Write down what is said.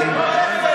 תתבייש לך.